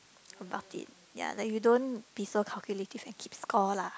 about it ya you don't be so calculative and keep score lah